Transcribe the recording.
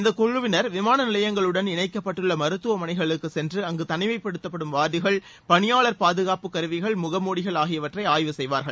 இந்தக்குழுவினர் விமான நிலையங்களுடன் இணைக்கப்பட்டுள்ள மருத்துவமனைகளுக்கு சென்று அங்கு தனிமைப்படுத்தும் வார்டுகள் பணியாளர் பாதுகாப்பு கருவிகள் முகமூடிகள் ஆகியவற்றை ஆய்வு செய்வார்கள்